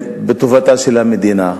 לטובתה של המדינה,